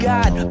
God